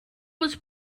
was